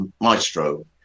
maestro